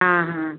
हाँ हाँ